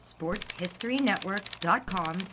Sportshistorynetwork.com